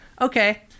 okay